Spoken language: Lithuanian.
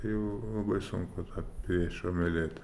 jau labai sunku tą priešą mylėt